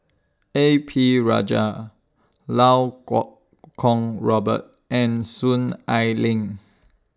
A P Rajah Iau Kuo Kwong Robert and Soon Ai Ling